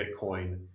Bitcoin